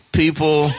people